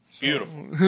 Beautiful